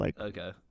Okay